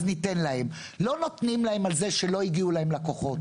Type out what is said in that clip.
אז אומרים שערך הקרקע יעלה ופער הנדל"ן